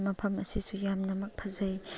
ꯃꯐꯝ ꯑꯁꯤꯁꯨ ꯌꯥꯝꯅꯃꯛ ꯐꯖꯩ